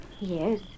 Yes